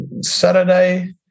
Saturday